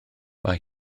mae